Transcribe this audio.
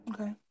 Okay